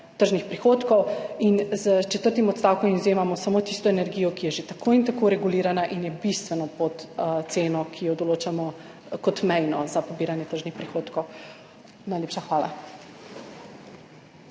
tržnih prihodkov. S četrtim odstavkom izvzemamo samo tisto energijo, ki je že tako in tako regulirana in je bistveno pod ceno, ki jo določamo kot mejno za pobiranje tržnih prihodkov. Najlepša hvala.